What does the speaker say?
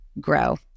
grow